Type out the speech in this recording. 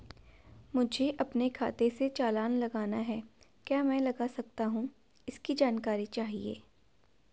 मुझे अपने खाते से चालान लगाना है क्या मैं लगा सकता हूँ इसकी जानकारी चाहिए?